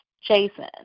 Jason